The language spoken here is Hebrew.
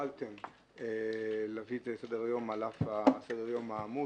שהואלתם להביא את לסדר היום על אף סדר היום העמוס.